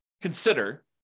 consider